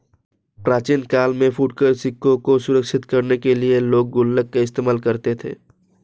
प्राचीन काल में फुटकर सिक्कों को सुरक्षित करने के लिए लोग गुल्लक का इस्तेमाल करते थे